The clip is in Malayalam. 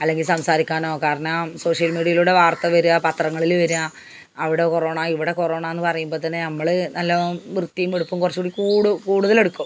അല്ലെങ്കിൽ സംസാരിക്കാനോ കാരണം സോഷ്യൽ മീഡിയയിലൂടെ വാർത്ത വരിക പത്രങ്ങളിൽ വരിക അവിടെ കൊറോണ ഇവിടെ കൊറോണയെന്നു പറയുമ്പോൾത്തന്നെ നമ്മൾ നല്ലവണ്ണം വൃത്തിയും വെടുപ്പും കുറച്ചും കൂടി കൂട് കൂടുതലെടുക്കും